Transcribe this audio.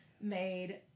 made